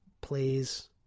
please